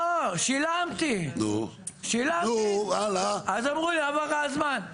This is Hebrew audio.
לא, שילמתי, אז אמרו לי עבר לך הזמן.